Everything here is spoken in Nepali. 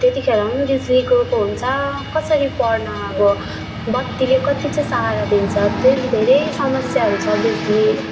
त्यतिखेर पनि बिजुली गएको हुन्छ कसरी पढ्नु अब बत्तीले कति चाहिँ सहारा दिन्छ त्यही धेरै समस्याहरू हुन्छ बिजुली